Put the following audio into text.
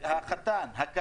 החתן, הכלה.